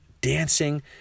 dancing